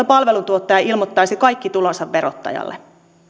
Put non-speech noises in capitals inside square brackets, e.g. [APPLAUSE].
[UNINTELLIGIBLE] palveluntuottaja ilmoittaisi kaikki tulonsa verottajalle